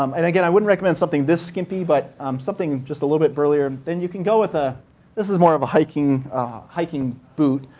um and again, i wouldn't recommend something this skimpy, but something just a little bit burlier, then you can go with a this is more of a hiking hiking boot.